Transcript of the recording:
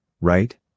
right